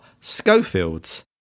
Schofields